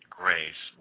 grace